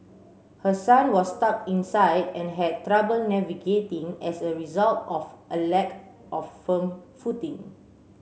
her son was stuck inside and had trouble navigating as a result of a lack of firm footing